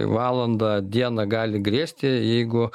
valandą dieną gali grėsti jeigu